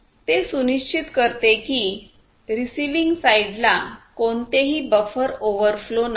ते सुनिश्चित करते की रिसिविंग साईडला कोणतेही बफर ओव्हरफ्लो नाही